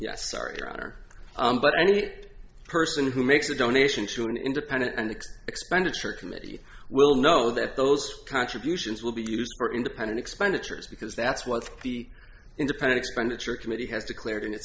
yes sorry your honor but any person who makes a donation to an independent expenditure committee will know that those contributions will be used for independent expenditures because that's what the independent expenditure committee has declared